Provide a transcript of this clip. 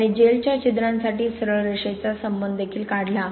त्याने जेलच्या छिद्रांसाठी सरळ रेषेचा संबंध देखील काढला